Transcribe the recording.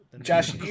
Josh